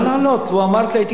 לו אמרת לי הייתי קורא לך.